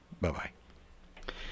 Bye-bye